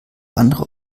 andere